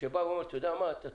שבא ואומר, אתה צודק,